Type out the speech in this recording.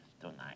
tonight